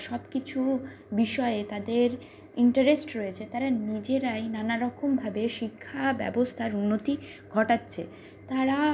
সব কিছু বিষয়ে তাদের ইন্টারেস্ট রয়েছে তারা নিজেরাই নানা রকমভাবে শিক্ষা ব্যবস্থার উন্নতি ঘটাচ্ছে তারা